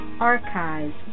archives